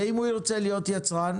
ואם הוא ירצה להיות יצרן?